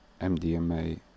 MDMA